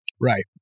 right